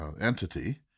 entity